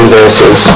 verses